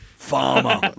Farmer